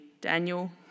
Daniel